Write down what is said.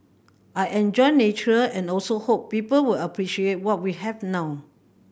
I enjoy nature and also hope people will appreciate what we have now